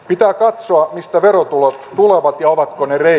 pitää katsoa mistä verotulot ovat jopa connery